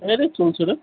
হ্যাঁরে চলছে রে